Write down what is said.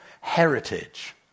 heritage